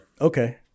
Okay